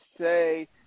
say